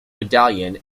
medallion